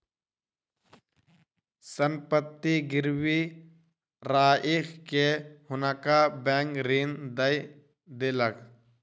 संपत्ति गिरवी राइख के हुनका बैंक ऋण दय देलक